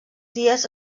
dies